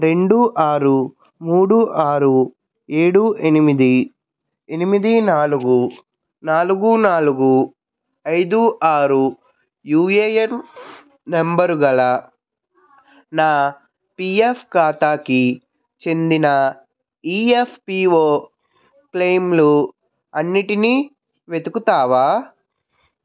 రెండు ఆరు మూడు ఆరు ఏడు ఎనిమిది ఎనిమిది నాలుగు నాలుగు నాలుగు ఐదు ఆరు యూఏఎన్ నంబరు గల నా పీఎఫ్ ఖాతాకి చెందిన ఈఎఫ్పిఓ క్లెయిములు అన్నిటినీ వెతుకుతావా